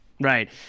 Right